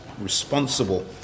responsible